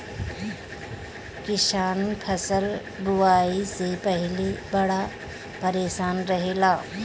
किसान फसल बुआई से पहिले बड़ा परेशान रहेला